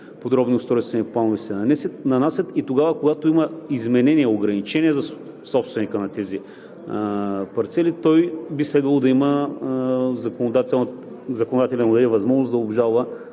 подробни устройствени планове се нанасят и тогава, когато има изменение, ограничение за собственика на тези парцели, той би следвало да има, законодателят да му даде възможност, да обжалва